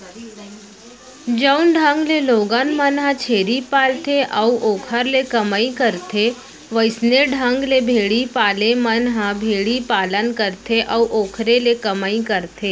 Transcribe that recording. जउन ढंग ले लोगन मन ह छेरी पालथे अउ ओखर ले कमई करथे वइसने ढंग ले भेड़ी वाले मन ह भेड़ी पालन करथे अउ ओखरे ले कमई करथे